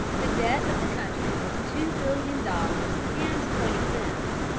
the debt of the country was two billion dollars and twenty cents.